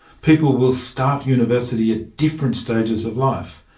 people will start university at different stages of life,